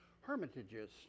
Hermitages